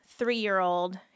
three-year-old